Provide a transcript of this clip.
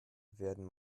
werden